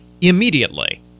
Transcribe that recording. immediately